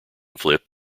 flip